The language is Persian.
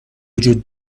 وجود